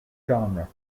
genre